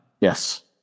Yes